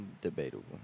debatable